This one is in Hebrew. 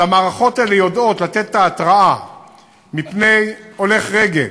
שהמערכות האלה יודעות לתת את ההתרעה מפני הולך רגל,